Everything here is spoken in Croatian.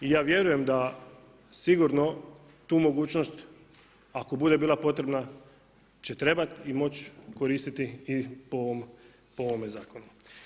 I ja vjerujem da sigurno tu mogućnost ako bude bila potrebna će trebati i moći koristiti i po ovome zakonu.